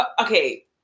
okay